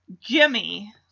Jimmy